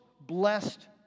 blessed